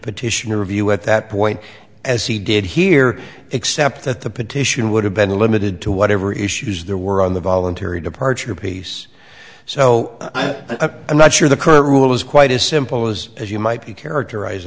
petition or of you at that point as he did here except that the petition would have been limited to whatever issues there were on the voluntary departure piece so i'm not sure the current rule is quite as simple as as you might be characteriz